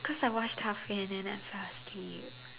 coz I watched halfway and then I fell asleep